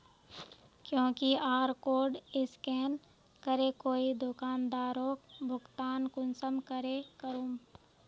QR code scan करे कोई दुकानदारोक भुगतान कुंसम करे करूम?